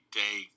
day